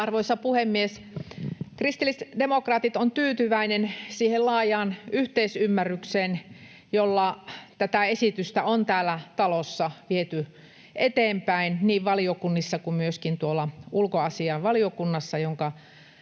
Arvoisa puhemies! Kristillisdemokraatit ovat tyytyväisiä siihen laajaan yhteisymmärrykseen, jolla tätä esitystä on täällä talossa viety eteenpäin niin valiokunnissa kuin myöskin ulkoasiainvaliokunnassa, jonka